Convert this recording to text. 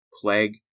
plague